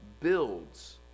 builds